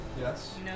Yes